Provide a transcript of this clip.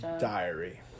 diary